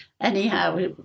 Anyhow